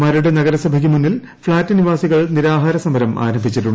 മരട് നഗരസഭയ്ക്ക് മുന്നിൽ ഫ്ളാറ്റ് നിവാസികൾ നിരാഹാര സമരം ആരംഭിച്ചിട്ടുണ്ട്